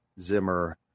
Zimmer